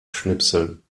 schnipseln